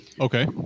Okay